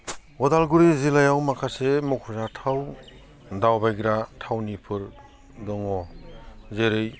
उदालगुरि जिल्लायाव माखासे मख'जाथाव दावबायग्रा थावनिफोर दङ जेरै